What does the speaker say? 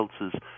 else's